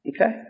Okay